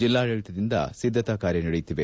ಜಿಲ್ಲಾಡಳಿತದಿಂದ ಸಿದ್ದತಾ ಕಾರ್ಯ ನಡೆಯುತ್ತಿದೆ